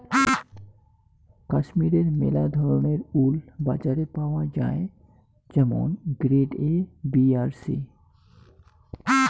কাশ্মীরের মেলা ধরণের উল বাজারে পাওয়াঙ যাই যেমন গ্রেড এ, বি আর সি